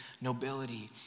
nobility